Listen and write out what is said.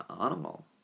animal